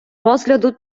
розгляду